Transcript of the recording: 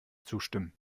zustimmen